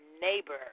neighbor